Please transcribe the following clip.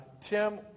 Tim